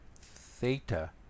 Theta